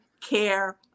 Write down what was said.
care